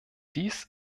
dies